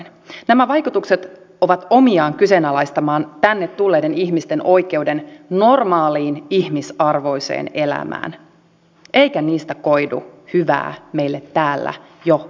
nämä vaikutukset ovat omiaan kyseenalaistamaan tänne tulleiden ihmisten oikeuden normaaliin ihmisarvoiseen elämään eikä niistä koidu hyvää meille täällä jo asuville